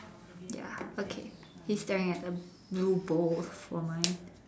ya okay he's staring at a blue bowl for mine